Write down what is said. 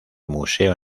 museo